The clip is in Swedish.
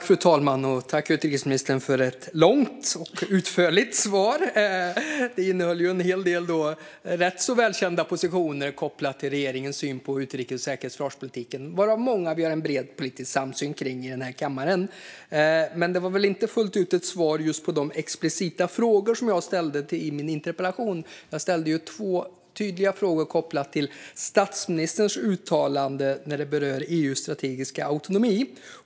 Fru talman! Jag tackar utrikesministern för ett långt och utförligt svar. Det innehöll en hel del rätt så välkända positioner kopplade till regeringens syn på utrikes-, säkerhets och försvarspolitiken. Många av dem har vi en bred politisk samsyn kring i denna kammare. Men det var inte fullt ut ett svar just på de explicita frågor som jag ställde i min interpellation. Jag ställde två tydliga frågor kopplade till statsministerns uttalande om EU:s strategiska autonomi.